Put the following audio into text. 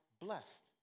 blessed